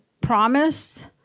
promise